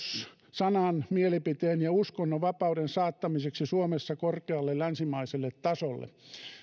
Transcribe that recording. sanan mielipiteen ja uskonnonvapauden saattamiseksi suomessa korkealle länsimaiselle tasolle